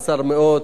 עזר מאוד,